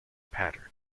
pattern